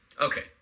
Okay